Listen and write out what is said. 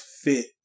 fit